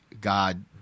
God